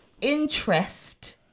interest